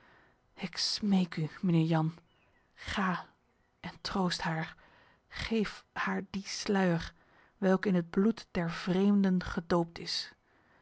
smeek u mijnheer jan ga en troost haar geef haar die sluier welke in het bloed der vreemden gedoopt is